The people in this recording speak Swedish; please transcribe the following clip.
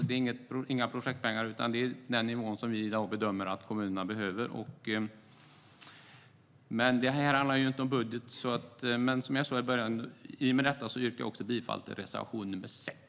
Det är inga projektpengar, utan det är den nivå som vi i dag bedömer att kommunerna behöver. I och med detta yrkar jag också bifall till reservation 6.